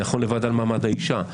מעמד האישה,